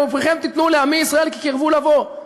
"ופריכם תשאו לעמי ישראל כי קרבו לבוא".